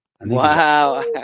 Wow